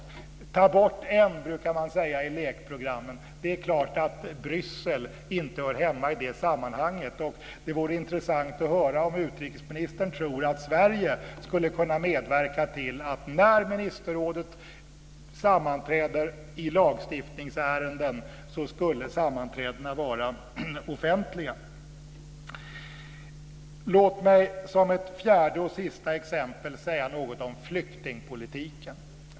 Ta bort en, brukar man säga i lekprogrammen. Det är klart att Bryssel inte hör hemma i det här sammanhanget. Det vore intressant att höra om utrikesministern tror att Sverige skulle kunna medverka till att sammanträdena skulle vara offentliga när ministerrådet sammanträder i lagstiftningsärenden. Låt mig som ett fjärde och sista exempel säga något om flyktingpolitiken.